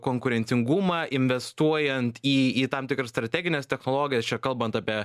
konkurencingumą investuojant į į tam tikras strategines technologijas čia kalbant apie